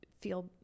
feel